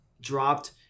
dropped